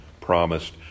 promised